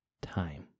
time